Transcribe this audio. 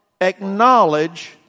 acknowledge